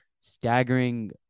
staggering